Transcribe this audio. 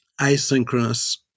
asynchronous